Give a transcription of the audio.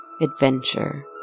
adventure